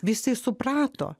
visi suprato